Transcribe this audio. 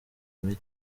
muri